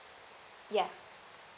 ya